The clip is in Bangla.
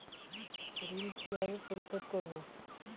ঋণ কিভাবে পরিশোধ করব?